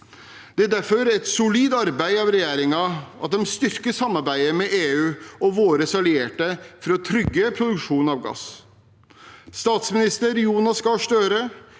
Det er derfor et solid arbeid av regjeringen at den styrker samarbeidet med EU og våre allierte for å trygge produksjonen av gass. Statsminister Jonas Gahr Støre,